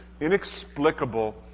inexplicable